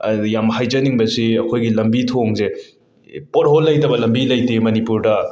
ꯌꯥꯝ ꯍꯥꯏꯖꯅꯤꯡꯕꯁꯤ ꯑꯩꯈꯣꯏꯒꯤ ꯂꯝꯕꯤ ꯊꯣꯡꯖꯦ ꯄꯣꯠꯍꯣꯜ ꯂꯩꯇꯕ ꯂꯝꯕꯤ ꯂꯩꯇꯦ ꯃꯅꯤꯄꯨꯔꯗ